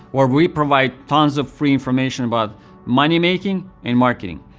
where we provide tons of free information about money-making and marketing.